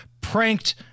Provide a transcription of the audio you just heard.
pranked